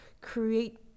create